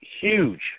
huge